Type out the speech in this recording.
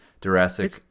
Jurassic